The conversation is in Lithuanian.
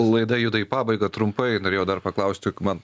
laida juda į pabaigą trumpai norėjau dar paklausti juk man